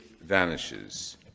vanishes